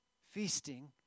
feasting